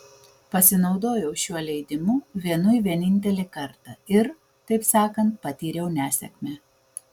pasinaudojau šiuo leidimu vienui vienintelį kartą ir taip sakant patyriau nesėkmę